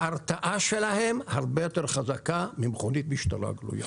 ההרתעה שלהם הרבה יותר חזקה ממכונית משטרה גלויה.